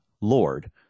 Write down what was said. Lord